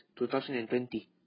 2020